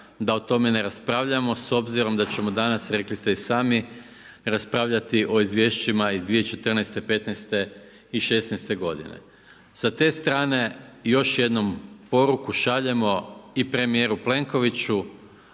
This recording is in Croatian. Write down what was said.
da o tome ne raspravljamo s obzirom da ćemo danas, rekli ste i sami, raspravljati o izvješćima iz 2014., 2015. i 2016. godine. Sa te strane još jednom poruku šaljemo i premijeru Plenkoviću,